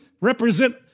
represent